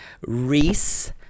Reese